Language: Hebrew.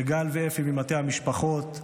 לגל ואפי ממטה המשפחות,